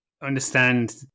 understand